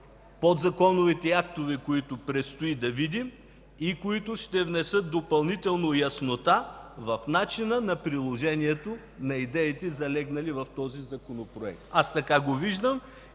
подзаконовите актове, които предстои да видим и които ще внесат допълнително яснота в начина на приложението на идеите, залегнали в този Законопроект. Така го виждам.